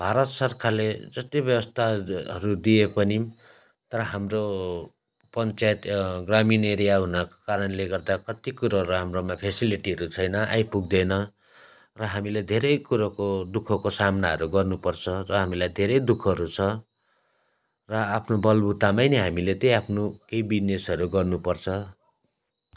भारत सरकारले जस्तै व्यवस्थाहरू दिए पनि तर हाम्रो पञ्चायत ग्रामीण एरिया हुनाको कारणले गर्दा कत्ति कुरोहरू हाम्रोमा फेसिलिटीहरू छैन आइपुग्दैन र हामीलाई धेरै कुरोको दुःखको सामनाहरू गर्नुपर्छ र हामीलाई धेरै दुःखहरू छ र आफ्नो बलबुतामै नै हामीले त्यही आफ्नो केही बिजनेसहरू गर्नुपर्छ